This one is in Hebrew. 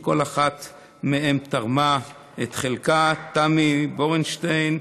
כל אחת מהן תרמה את חלקה: תמי בורנשטיין,